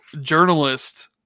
journalist